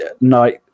night